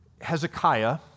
Hezekiah